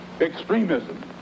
extremism